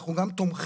אנחנו גם תומכים